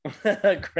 Great